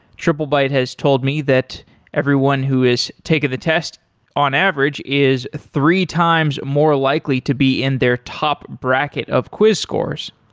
triplebyte has told me that everyone who has taken the test on average is three times more likely to be in their top bracket of quiz scores